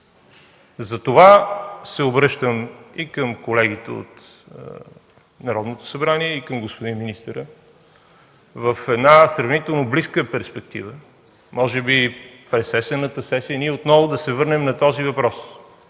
Затова се обръщам и към колегите от Народното събрание, и към господин министъра в една сравнително близка перспектива, а може би през есенната сесия отново да се върнем на този въпрос.